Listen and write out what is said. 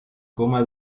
coma